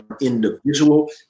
individual